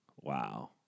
Wow